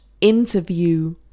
interview